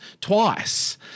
twice